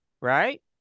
right